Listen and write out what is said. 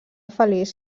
feliç